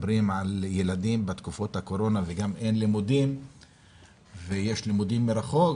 מדברים על ילדים בתקופת הקורונה וגם אין לימודים ויש לימודים מרחוק,